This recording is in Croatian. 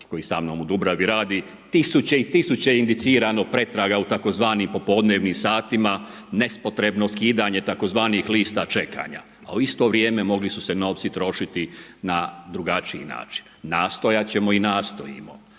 koji sa mnom u Dubravi radi, tisuće i tisuće indicirano pretraga u tzv. popodnevnim satima nepotrebno skidanje sa tzv. lista čekanja. A u isto vrijeme mogli su se novci trošiti na drugačiji način. Nastojat ćemo i nastojimo